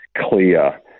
clear